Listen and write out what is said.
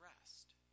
rest